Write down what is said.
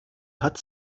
hat